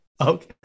Okay